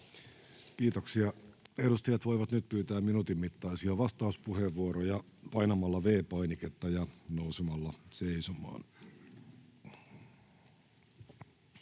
Kiitoksia. — Edustajat voivat nyt pyytää minuutin mittaisia vastauspuheenvuoroja painamalla V-painiketta ja nousemalla seisomaan.